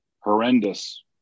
horrendous